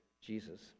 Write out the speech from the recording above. Jesus